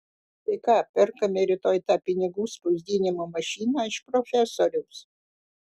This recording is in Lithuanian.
tai ką perkame rytoj tą pinigų spausdinimo mašiną iš profesoriaus